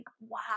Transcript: wow